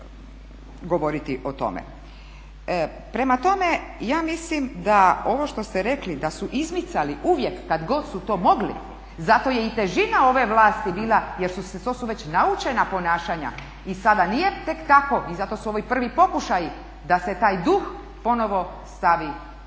Prema tome, ja mislim da ovo što ste rekli da su izmicali uvijek kada god su to mogli zato je i težina ove vlasti bila jer to su već naučena ponašanja i sada nije tek tako i zato su ovo i prvi pokušaji da se taj duh ponovo stavi u bocu.